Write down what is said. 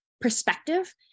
perspective